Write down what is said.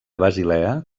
basilea